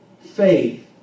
faith